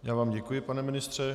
Já vám děkuji, pane ministře.